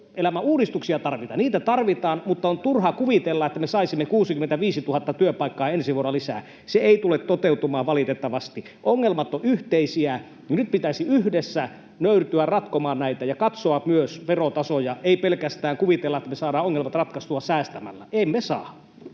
työelämän uudistuksia tarvita. Niitä tarvitaan, mutta on turha kuvitella, että me saisimme 65 000 työpaikkaa ensi vuonna lisää. Se ei tule toteutumaan valitettavasti. Ongelmat ovat yhteisiä. Nyt pitäisi yhdessä nöyrtyä ratkomaan näitä ja katsoa myös verotasoja, ei pelkästään kuvitella, että me saadaan ongelmat ratkaistua säästämällä. Emme saa.